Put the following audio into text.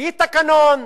בלי תקנון,